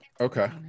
Okay